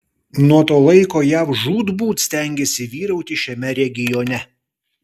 nuo to laiko jav žūtbūt stengėsi vyrauti šiame regione